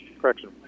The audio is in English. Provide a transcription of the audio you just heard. Correction